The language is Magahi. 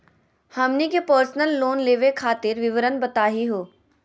हमनी के पर्सनल लोन लेवे खातीर विवरण बताही हो?